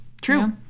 True